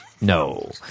no